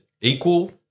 Equal